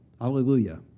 Hallelujah